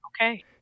Okay